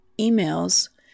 emails